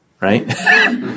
right